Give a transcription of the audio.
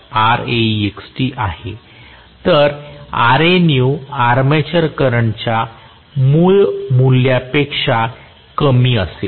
तर आर्मेचर करंटच्या मूळ मूल्यापेक्षा कमी असेल